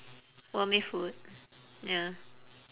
warmie food ya